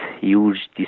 huge